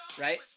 Right